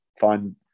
find